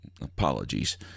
Apologies